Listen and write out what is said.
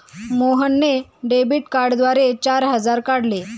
मोहनने डेबिट कार्डद्वारे चार हजार काढले